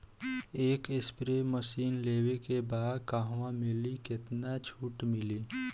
एक spray machine लेवे के बा कहवा मिली केतना छूट मिली?